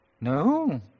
No